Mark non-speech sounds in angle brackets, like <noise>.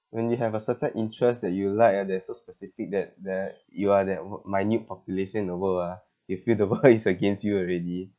when you have a certain interest that you like ah that's so specific that there you are that wha~ minute population in the world ah you feel the world <laughs> is against you already